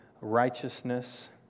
righteousness